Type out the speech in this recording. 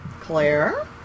Claire